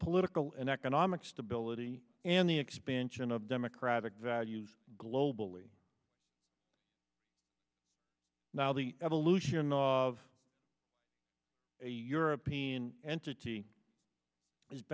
political and economic stability and the expansion of democratic values globally now the evolution of a european entity